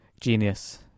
Genius